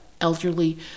elderly